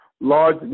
large